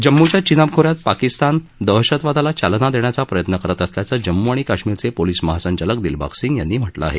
जम्मूच्या चिनाब खो यात पाकिस्तान दहशतवादाला चालना देण्याचा प्रयत्न करत असल्याचं जम्मू आणि काश्मीरचे पोलीस महासंचालक दिलबाग सिंग यांनी म्हटलं आहे